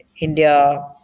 India